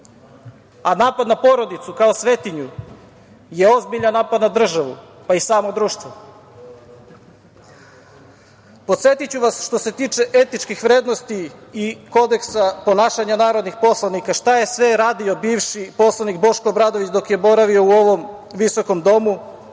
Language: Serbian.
A napad na porodicu kao svetinju je ozbiljan napad na državu, pa i samo društvo. Podsetiću vas, što se tiče etičkih vrednosti i kodeksa ponašanja narodnih poslanika, šta je sve radio bivši poslanik Boško Obradović dok je boravio u ovom visokom domu,